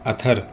اطہر